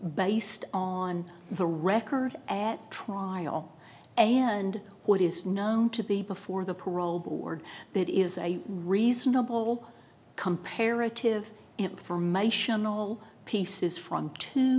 based on the record at trial and what is known to be before the parole board that is a reasonable comparative informational pieces from two